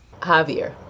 Javier